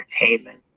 entertainment